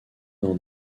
dans